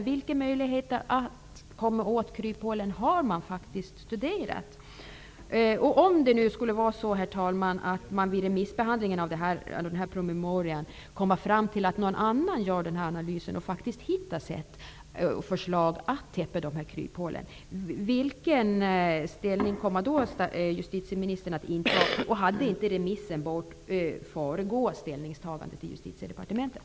Vilka möjligheter att komma åt kryphålen har studerats? Om det vid remissbehandlingen framkommer att någon annan har gjort denna analys och faktiskt har hittat ett sätt eller ett förslag att täppa till kryphålen, vilken ställning kommer justitieministern då att inta? Borde inte remissen ha föregått ställningstagandet i Justitiedepartementet?